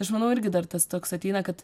aš manau irgi dar tas toks ateina kad